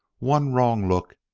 one wrong look,